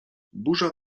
burza